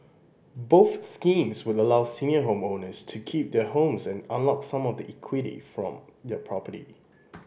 both schemes would allow senior homeowners to keep their homes and unlock some of the equity from their property